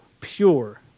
pure